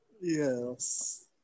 Yes